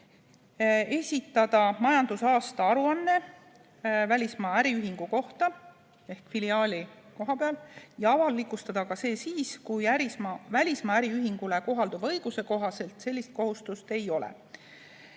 esitada majandusaasta aruanne välismaa äriühingu kohta, filiaali koha pealt, ja avalikustada see ka siis, kui välismaa äriühingule kohalduva õiguse kohaselt sellist kohustust ei ole.